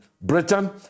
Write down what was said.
Britain